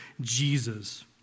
Jesus